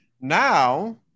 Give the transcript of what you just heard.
now